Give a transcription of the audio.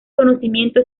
conocimiento